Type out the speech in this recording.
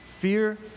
fear